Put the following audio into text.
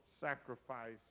sacrifice